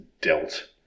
dealt